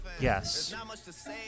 yes